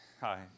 hi